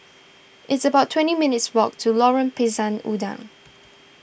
it's about twenty minutes' walk to Lorong Pisang Udang